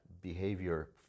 behavior